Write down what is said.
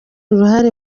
uruhare